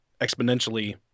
exponentially